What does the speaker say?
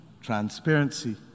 transparency